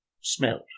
Smells